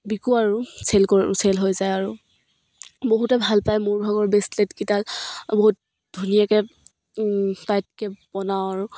বিকো আৰু চেল কৰোঁ চেল হৈ যায় আৰু বহুতে ভাল পায় মোৰ ভাগৰ বেছলেটকেইডাল বহুত ধুনীয়াকৈ টাইটকৈ বনাওঁ আৰু